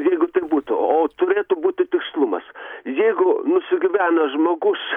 jeigu tik būtų o turėtų būti tikslumas jeigu nusigyvenęs žmogus